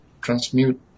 transmute